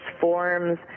forms